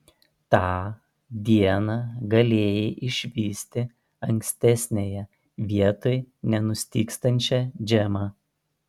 tą dieną galėjai išvysti ankstesniąją vietoj nenustygstančią džemą